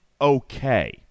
okay